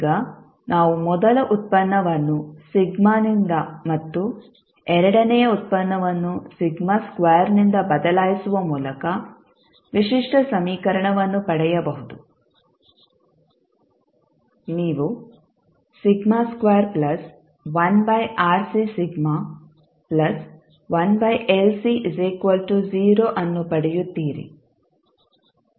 ಈಗ ನಾವು ಮೊದಲ ಉತ್ಪನ್ನವನ್ನು ನಿಂದ ಮತ್ತು ಎರಡನೆಯ ಉತ್ಪನ್ನವನ್ನು ನಿಂದ ಬದಲಾಯಿಸುವ ಮೂಲಕ ವಿಶಿಷ್ಟ ಸಮೀಕರಣವನ್ನು ಪಡೆಯಬಹುದು ನೀವು ಅನ್ನು ಪಡೆಯುತ್ತೀರಿ